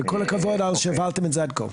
כל הכבוד על שהעברתם את זה עד כה.